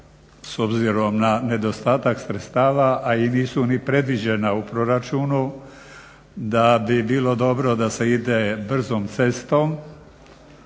s obzirom na nedostatak sredstava, a i nisu ni predviđena u proračunu da bi bilo dobro da se ide brzom cestom,